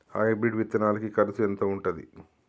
Hybrid విత్తనాలకి కరుసు ఎంత ఉంటది?